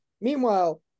Meanwhile